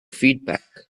feedback